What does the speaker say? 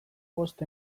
bost